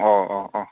ꯑꯣ ꯑꯣ ꯑꯣ